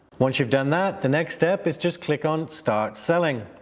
once you've done that, the next step is just click on start selling.